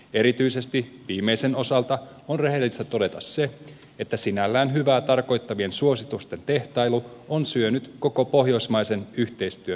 erityisesti viimeisen osalta on rehellistä todeta se että sinällään hyvää tarkoittavien suositusten tehtailu on syönyt koko pohjoismaisen yhteistyön uskottavuutta